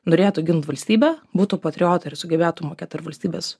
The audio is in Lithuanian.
norėtų gint valstybę būtų patriotai ir sugebėtų mokėt ir valstybės